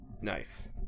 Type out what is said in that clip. Nice